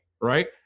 Right